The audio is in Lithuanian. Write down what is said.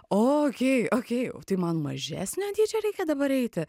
o okei okei o tai man mažesnio dydžio reikia dabar eiti